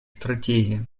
стратегии